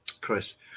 Chris